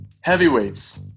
heavyweights